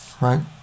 right